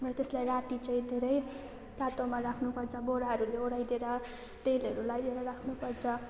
र त्यसलाई राति चाहिँ धेरै तातोमा राख्नुपर्छ बोराहरूले ओढाइदिएर तेलहरू लगाइदिएर राख्नुपर्छ